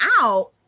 out